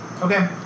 Okay